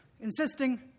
insisting